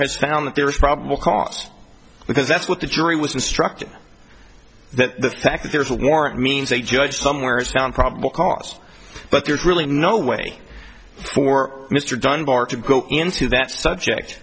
has found that there is probable cause because that's what the jury was instructed that the fact that there's a warrant means a judge somewhere is found probable cause but there's really no way for mr dunbar to go into that subject